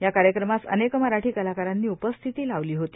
या कार्यक्रमास अनेक मराठी कलाकारांनी उपस्थिती लावली होती